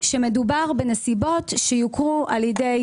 שמדובר בנסיבות שיוכרו על ידי